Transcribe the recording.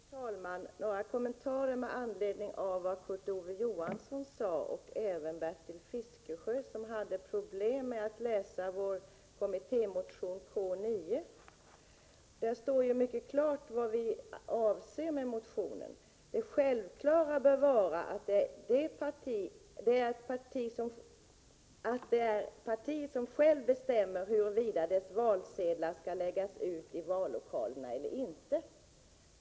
Prot. 1987/88:46 Herr talman! Några kommentarer med anledning av vad Kurt Ove 16 december 1987 Johansson sade. Jag vill också kommentera något som Bertil Fiskesjö Yman... me = anförde. Han hade problem med att läsa vår kommittémotion K9. Där står mycket klart vad vi avser med motionen: Det självklara bör vara att det är partiet som självt bestämmer huruvida dess valsedlar skall läggas ut i vallokalerna eller inte.